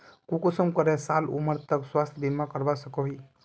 कुंसम करे साल उमर तक स्वास्थ्य बीमा करवा सकोहो ही?